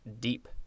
deep